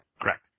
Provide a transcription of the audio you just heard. Correct